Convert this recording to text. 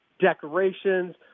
decorations